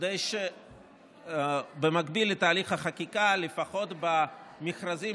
כדי שבמקביל לתהליך החקיקה לפחות במכרזים